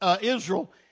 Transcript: Israel